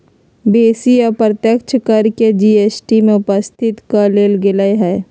बेशी अप्रत्यक्ष कर के जी.एस.टी में उपस्थित क लेल गेलइ ह्